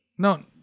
No